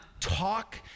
talk